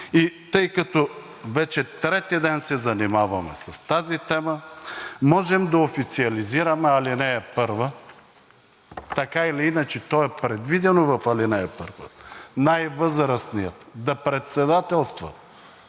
тъй като вече трети ден се занимаваме с тази тема, може да официализираме ал. 1. Така или иначе е предвидено в ал. 1 най-възрастният да председателства